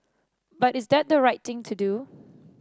but is that the right thing to do